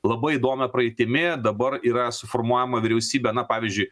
labai įdomia praeitimi dabar yra suformuojama vyriausybė na pavyzdžiui